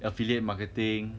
affiliate marketing